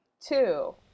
two